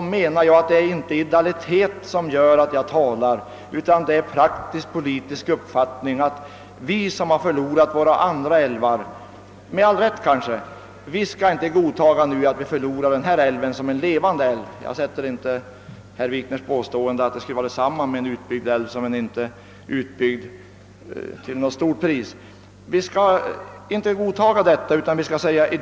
I ett sådant läge är det inte av idealitet jag talar utan jag framför som en praktisk politisk uppfattning att eftersom vi i Norrland förlorat så många andra älvar kan vi inte godta att vi förlorar även denna älv som en levande älv. Jag tror inte på herr Wikners påstående att en utbyggd älv är lika bra som en inte utbyggd älv.